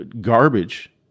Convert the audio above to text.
garbage